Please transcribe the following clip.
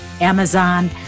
Amazon